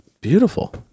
beautiful